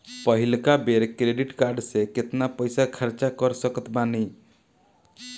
पहिलका बेर credit card से केतना पईसा खर्चा कर सकत बानी?